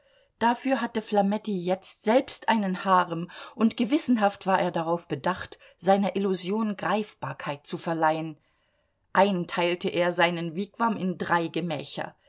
dafür hatte flametti jetzt selbst einen harem und gewissenhaft war er darauf bedacht seiner illusion greifbarkeit zu verleihen einteilte er seinen wigwam in drei gemächer